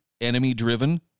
enemy-driven